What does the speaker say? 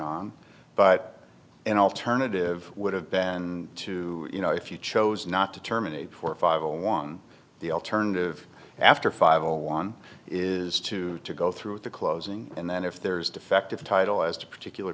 on but an alternative would have been to you know if you chose not to terminate for five and one the alternative after five or one is to to go through with the closing and then if there is defective title as to particular